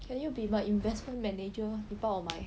can you be my investment manager 你帮我买